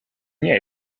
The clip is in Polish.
nie